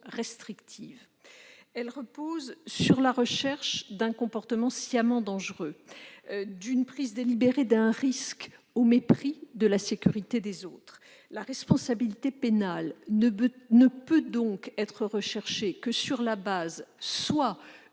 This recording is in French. restrictives. Elles reposent sur la recherche d'un comportement sciemment dangereux, de la prise délibérée d'un risque au mépris de la sécurité des autres. La responsabilité pénale ne peut donc être engagée qu'en cas de